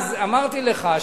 ואז אמרתי לך,